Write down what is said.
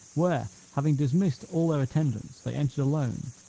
where, having dismissed all their attendants, they entered alone,